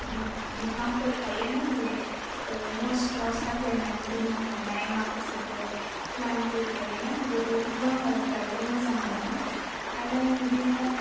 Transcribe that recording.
बिफांफोर थायोना जे न' सिङाव साजायनानै दोननो हानाय माखासेफोर फ्लान्टफोर थायो ना बेफोरखौबो आङो गायनो मोजां मोनो आरो बिब्दिनो